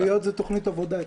שטויות זה תוכנית עבודה אצלם.